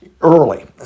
early